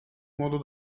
modo